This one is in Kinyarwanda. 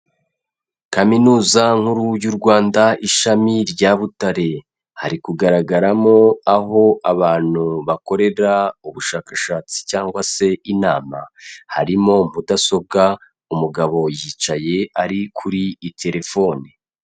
Kaminuza nkuru y'u Rwanda ishami rya Butare, hari kugaragaramo aho abantu bakorera ubushakashatsi cyangwa se inama, harimo mudasobwa, umugabo yicaye ari kuri terefone.